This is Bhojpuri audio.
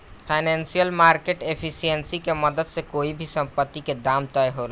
फाइनेंशियल मार्केट एफिशिएंसी के मदद से कोई भी संपत्ति के दाम तय होला